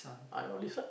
my only son